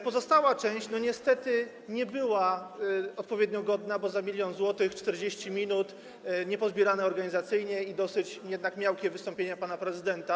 Pozostała część niestety nie była odpowiednio godna, bo 1 mln zł, 40 minut, niepozbierane organizacyjnie i dosyć jednak miałkie wystąpienie pana prezydenta.